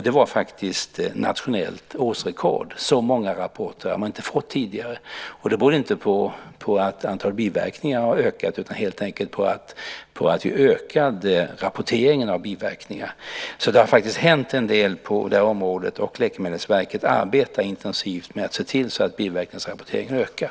Det var faktiskt nationellt årsrekord. Så många rapporter hade man inte fått tidigare. Det berodde inte på att antalet biverkningar har ökat utan helt enkelt på att rapporteringen av biverkningar har ökat. Så det har faktiskt hänt en del på det här området. Läkemedelsverket arbetar intensivt med att se till att biverkningsrapporteringen ökar.